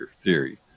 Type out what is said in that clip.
theory